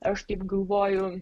aš taip galvoju